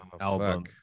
album